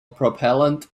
propellant